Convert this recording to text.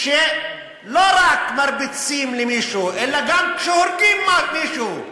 לא רק כשמרביצים למישהו, אלא גם כשהורגים מישהו.